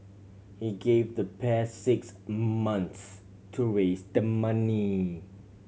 he gave the pair six months to raise the money